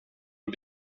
det